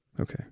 okay